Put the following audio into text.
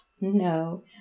no